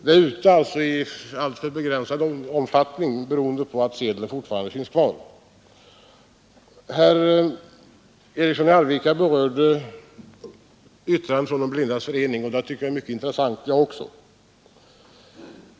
Det är alltså ute i alltför begränsad omfattning beroende på att sedeln fortfarande finns kvar. Herr Eriksson i Arvika åberopade ett yttrande från De blindas förening, och det tycker jag också är mycket intressant.